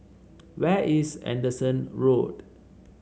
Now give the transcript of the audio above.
where is Anderson Road